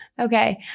Okay